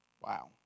Wow